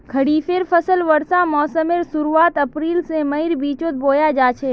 खरिफेर फसल वर्षा मोसमेर शुरुआत अप्रैल से मईर बिचोत बोया जाछे